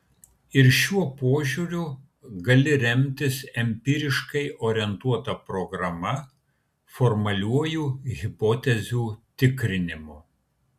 ir šiuo požiūriu gali remtis empiriškai orientuota programa formaliuoju hipotezių tikrinimu